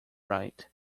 right